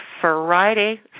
Friday